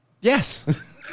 Yes